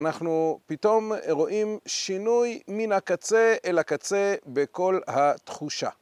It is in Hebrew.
אנחנו פתאום רואים שינוי מן הקצה אל הקצה בכל התחושה.